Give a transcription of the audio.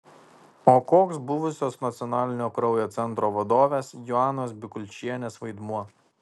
o koks buvusios nacionalinio kraujo centro vadovės joanos bikulčienės vaidmuo